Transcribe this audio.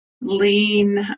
lean